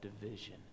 division